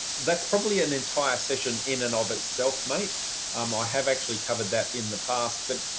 that's probably an entire session in and of itself, mate, um ah i have actually covered that in the past. but